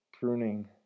Pruning